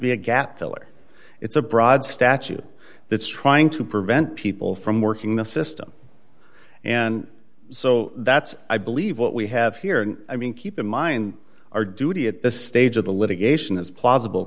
be a gap filler it's a broad statute that's trying to prevent people from working the system and so that's i believe what we have here i mean keep in mind our duty at this stage of the litigation is plausible